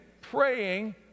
praying